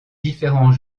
différents